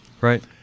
Right